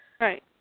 Right